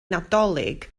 nadolig